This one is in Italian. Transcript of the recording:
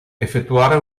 effettuare